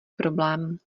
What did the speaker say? problém